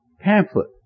pamphlet